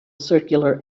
circular